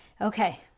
okay